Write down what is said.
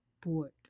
Board